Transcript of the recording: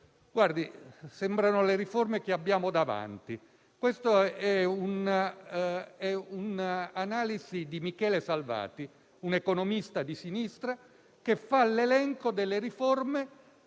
periodo». Sembrano le riforme che abbiamo di fronte. Questa è un'analisi di Michele Salvati, un economista di sinistra, che fa l'elenco delle riforme